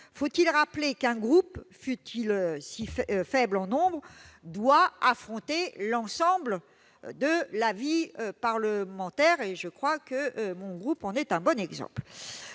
Faut-il rappeler qu'un groupe, fût-il faible en nombre, doit affronter l'ensemble de la vie parlementaire- et je crois que mon groupe en est un bon exemple.